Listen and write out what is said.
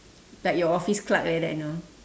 like your office clerk like that know